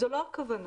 אבל לא זאת הכוונה.